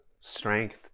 strength